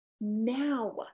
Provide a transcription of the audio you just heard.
now